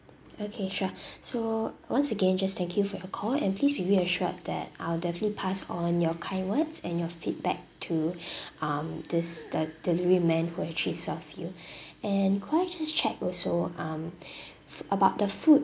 okay sure so once again just thank you for your call and please be reassured that I will definitely pass on your kind words and your feedback to um this the delivery man who actually served you and could I just check also um about the food